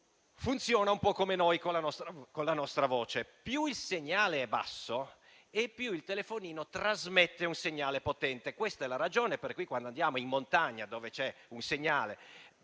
funzionano un po' come noi con la nostra voce: più il segnale è basso, più il telefonino trasmette un segnale potente. Questa è la ragione per cui, quando andiamo in montagna, dove c'è un segnale